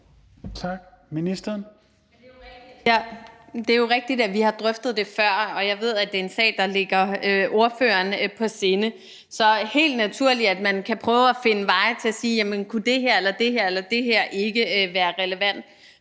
(Lea Wermelin): Det er jo rigtigt, at vi har drøftet det før, og jeg ved, at det er en sag, der ligger ordføreren på sinde. Så det er helt naturligt, at man kan prøve at finde veje til at sige, om det her eller det her ikke kunne være relevant.